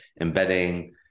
embedding